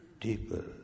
deeper